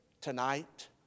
tonight